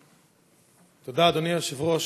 תודה, אדוני היושב-ראש,